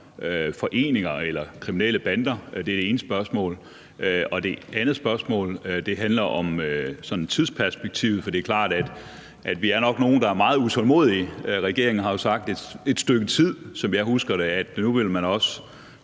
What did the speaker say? foreninger eller kriminelle bander. Det er det ene spørgsmål. Det andet spørgsmål handler om tidsperspektivet, for det er klart, at vi nok er nogle, der er meget utålmodige. Regeringen har jo, som jeg husker det, sagt i et